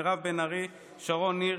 מירב בן ארי ושרון ניר,